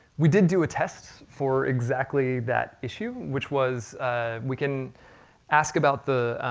we did do a test for exactly that issue, which was we can ask about the.